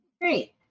Great